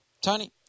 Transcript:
Tony